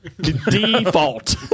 default